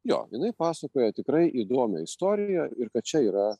jo jinai pasakoja tikrai įdomią istoriją ir kad čia yra